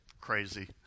crazy